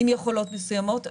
עם יכולות מסוימות.